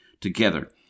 together